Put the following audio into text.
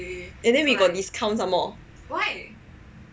and then we got discount somemore